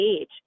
age